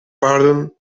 pardon